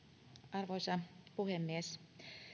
arvoisa puhemies